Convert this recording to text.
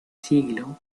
siglo